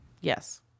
yes